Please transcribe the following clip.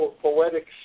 poetic